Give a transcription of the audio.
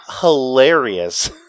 hilarious